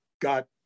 got